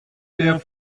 der